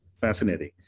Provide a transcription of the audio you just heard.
Fascinating